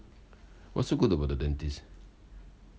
what's so good about the dentist